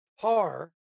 par